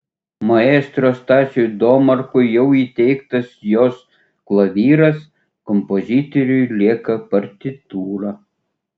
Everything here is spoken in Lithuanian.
maestro stasiui domarkui jau įteiktas jos klavyras kompozitoriui lieka partitūra